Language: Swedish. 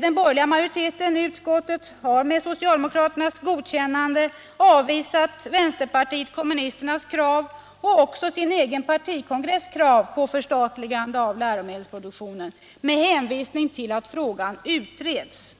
Den borgerliga majoriteten i utskottet har med socialdemokraternas godkännande avvisat vpk:s krav och även socialdemokraternas egen partikongress krav på förstatligande av läromedelsproduktionen med hänvisning till att frågan utreds.